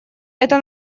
это